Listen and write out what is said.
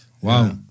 wow